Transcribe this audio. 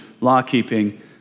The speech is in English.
law-keeping